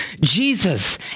Jesus